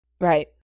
Right